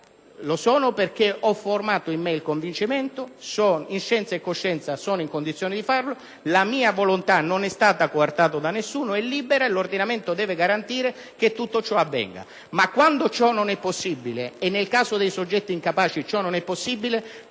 lo sono perché ho formato in me il convincimento, in scienza e coscienza sono in condizione di farlo, la mia volontà non è stata coartata da nessuno, è libera, e l'ordinamento deve garantire che tutto ciò avvenga. Ma quando ciò non è possibile - e nel caso dei soggetti incapaci ciò non è possibile